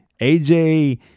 aj